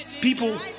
people